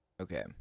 Okay